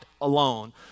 alone